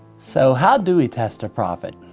so how do we test a prophet?